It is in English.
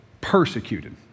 persecuted